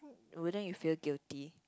wouldn't you feel guilty